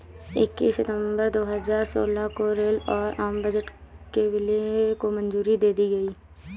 इक्कीस सितंबर दो हजार सोलह को रेल और आम बजट के विलय को मंजूरी दे दी गयी